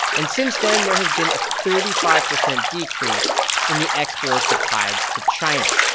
and since then, there has been a thirty five percent decrease in the exports of hides to china.